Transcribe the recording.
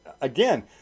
Again